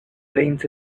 drains